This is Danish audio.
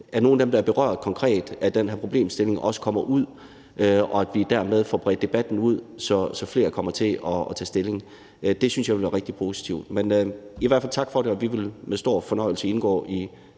er nogle af dem, der konkret er berørt af den her problemstilling, også kommer ud, og at vi dermed får bredt debatten ud, så flere kommer til at tage stilling. Det synes jeg ville være rigtig positivt. Men vi siger i hvert fald tak for det, og vi vil med stor fornøjelse indgå i